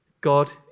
God